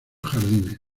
jardines